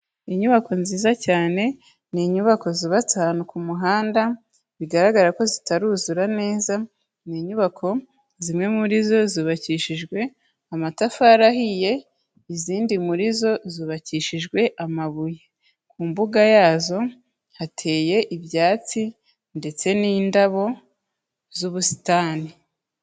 Inyubako nziza cyane, ni inyubako zubatse ahantu ku muhanda, bigaragara ko zitaruzura neza, ni inyubako zimwe muri zo zubakishijwe amatafari ahiye izindi muri zo zubakishijwe amabuye, ku mbuga yazo hateye ibyatsi ndetse n'indabo z'ubusitani.